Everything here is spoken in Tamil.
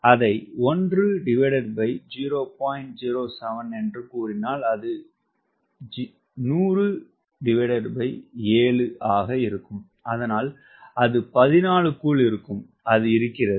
07 1007 ஆக இருக்கும் அதனால் 14 க்குள் இருக்கும் அது இருக்கிறது